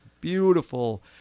beautiful